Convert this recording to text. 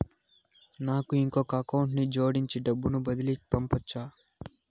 నాకు ఇంకొక అకౌంట్ ని జోడించి డబ్బును బదిలీ పంపొచ్చా?